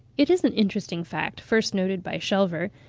it is an interesting fact, first noticed by schelver,